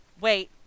Wait